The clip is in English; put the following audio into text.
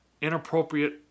inappropriate